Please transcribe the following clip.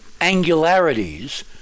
angularities